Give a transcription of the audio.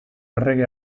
errege